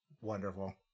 wonderful